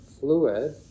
fluid